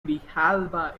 grijalba